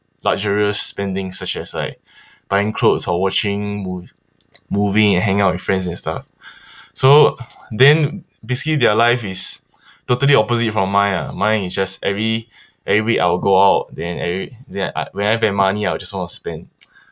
luxurious spending such as like buying clothes or watching move movie and hanging out with friends and stuff so then basically their life is totally opposite from mine lah mine is just every every week I will go out then every then I when I have that money I will just want to spend